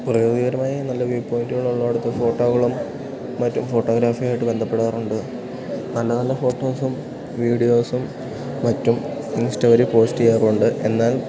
പ്രകൃതികരമായി നല്ല വ്യൂ പോയിൻ്റുകളുള്ളിടത്ത് ഫോട്ടോകളും മറ്റും ഫോട്ടോഗ്രാഫിയായിട്ട് ബന്ധപ്പെടാറുണ്ട് നല്ല നല്ല ഫോട്ടോസും വീഡിയോസും മറ്റും ഇൻസ്റ്റ വഴി പോസ്റ്റ് ചെയ്യാറുണ്ട് എന്നാൽ